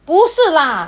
不是啦